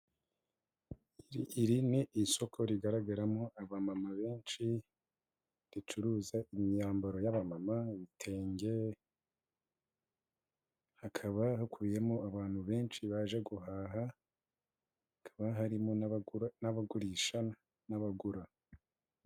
Iri iri ni isoko rigaragaramo aba mama benshi ricuruza imyambaro y'aba mama, ibitenge hakaba hakubiyemo abantu benshi baje guhaha hakaba harimo n'abagurisha n'abagura.